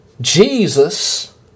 Jesus